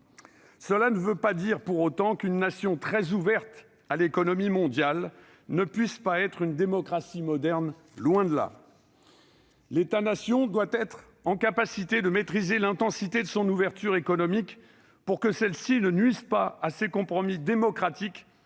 Cela ne veut pas dire pour autant qu'une nation très ouverte à l'économie mondiale ne puisse être une démocratie moderne. Loin de là. L'État-nation doit être en capacité de maîtriser l'intensité de son ouverture économique pour ne pas nuire à ses compromis démocratiques